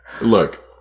look